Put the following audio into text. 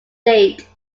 date